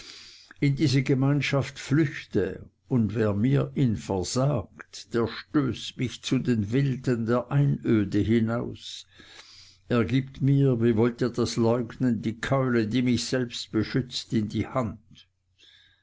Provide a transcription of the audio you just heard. in diese gemeinschaft flüchte und wer mir ihn versagt der stößt mich zu den wilden der einöde hinaus er gibt mir wie wollt ihr das leugnen die keule die mich selbst schützt in die hand